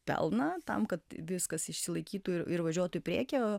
pelną tam kad viskas išsilaikytų ir ir važiuotų į priekį